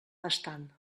bastant